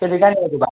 আনিব ক'বা